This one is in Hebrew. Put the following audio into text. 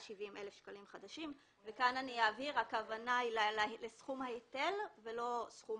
70,000 שקלים חדשים - כאן אני אבהיר שהכוונה היא לסכום ההיטל ולא סכום